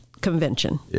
convention